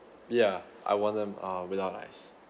yeah I want them uh without ice